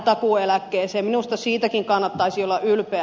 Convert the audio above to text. minusta siitäkin kannattaisi olla ylpeä